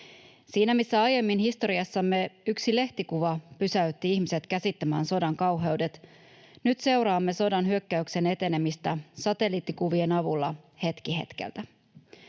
Siinä, missä aiemmin historiassamme yksi lehtikuva pysäytti ihmiset käsittämään sodan kauheudet, nyt seuraamme sodan hyökkäyksen etenemistä satelliittikuvien avulla hetki hetkeltä.